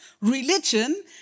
religion